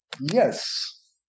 Yes